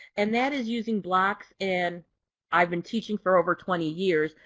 and that is using blocks and i've been teaching for over twenty years.